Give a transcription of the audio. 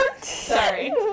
Sorry